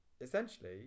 essentially